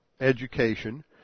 education